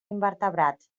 invertebrats